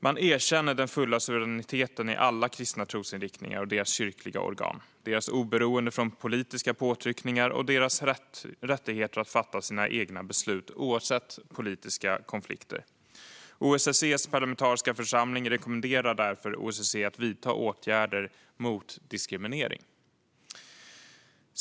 Man erkänner den fulla suveräniteten i alla kristna trosinriktningar och deras kyrkliga organ, deras oberoende från politiska påtryckningar och deras rättigheter att fatta sina egna beslut oavsett politiska konflikter. OSSE:s parlamentariska församling rekommenderar därför OSSE att vidta åtgärder mot diskriminering.